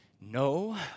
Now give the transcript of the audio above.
no